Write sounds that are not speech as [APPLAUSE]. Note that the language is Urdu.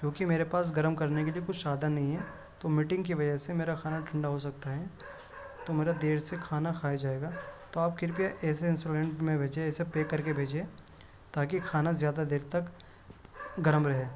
کیونکہ میرے پاس گرم کرنے کے لیے کچھ سادھن نہیں ہے تو میٹنگ کی وجہ سے میرا کھانا ٹھنڈا ہو سکتا ہے تو میرا دیر سے کھانا کھایا جائے گا تو آپ کرپیا ایسے [UNINTELLIGIBLE] میں بھیجیے ایسے پیک کر کے بھیجیے تاکہ کھانا زیادہ دیر تک گرم رہے